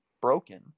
broken